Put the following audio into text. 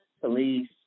police